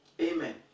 Amen